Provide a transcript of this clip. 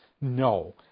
No